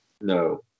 No